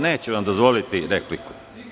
Neću vam dozvoliti repliku.